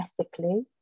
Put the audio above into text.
ethically